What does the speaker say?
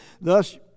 Thus